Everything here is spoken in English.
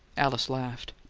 alice laughed.